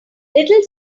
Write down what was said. little